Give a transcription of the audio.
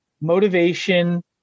motivation